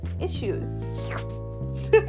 issues